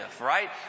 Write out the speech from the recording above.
right